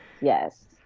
Yes